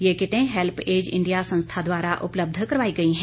ये किटें Help Age India संस्था द्वारा उपलब्ध करवाई गई हैं